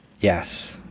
Yes